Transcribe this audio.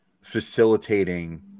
facilitating